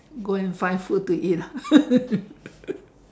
go and find food to eat ah